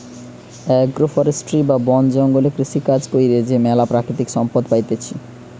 agro forestry বা বন জঙ্গলে কৃষিকাজ কইরে যে ম্যালা প্রাকৃতিক সম্পদ পাইতেছি